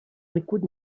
liquid